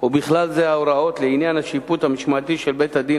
ובכלל זה ההוראות לעניין השיפוט המשמעתי של בית-הדין